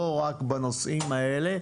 לא רק בנושאים האלה,